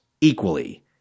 equally